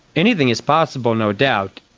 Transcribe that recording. anything is possible no doubt.